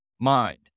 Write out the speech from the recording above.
mind